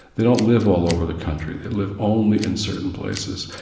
they don't live all over the country they live only in certain places.